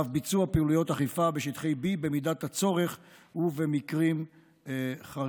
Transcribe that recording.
ואף ביצוע פעילויות אכיפה בשטחי B במידת הצורך ובמקרים חריגים.